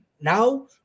now